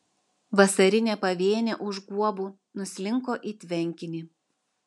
vasarinė pavėnė už guobų nuslinko į tvenkinį